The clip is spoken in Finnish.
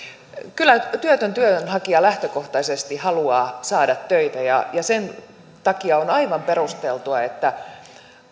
kyllä työtön työnhakija lähtökohtaisesti haluaa saada töitä ja sen takia on aivan perusteltua että